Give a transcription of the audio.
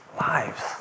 lives